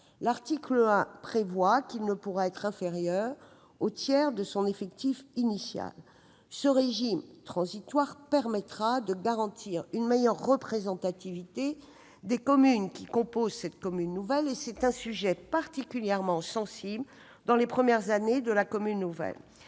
L'article 1 prévoit qu'il ne pourra être inférieur au tiers de son effectif initial. Ce régime transitoire permettra de garantir une meilleure représentation des communes historiques, sujet particulièrement sensible dans les premières années de la commune nouvelle.